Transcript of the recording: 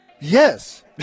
Yes